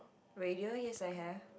radio yes I have